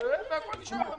אתה יכול לשלוח למעסיק.